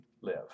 live